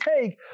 take